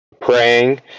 praying